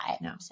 No